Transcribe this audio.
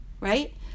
right